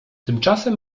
tymczasem